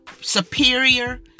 superior